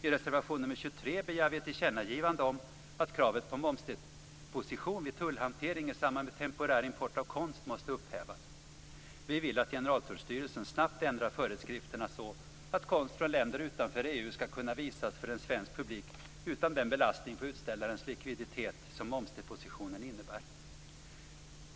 I reservation nr 23 begär vi ett tillkännagivande om att kravet på momsdeposition vid tullhantering i samband med temporär import av konst måste upphävas. Vi vill att Generaltullstyrelsen snabbt ändrar föreskrifterna så att konst från länder utanför EU skall kunna visas för en svensk publik utan den belastning på utställarens likviditet som momsdepositionen innebär.